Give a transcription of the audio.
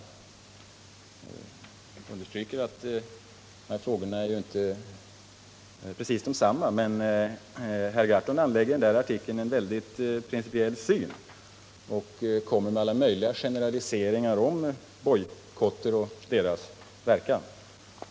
Jag understryker att de här frågorna inte precis är desamma, men herr Gahrton anlägger i artikeln en mycket principiell syn och kommer med alla möjliga generaliseringar om bojkotter och deras verkan.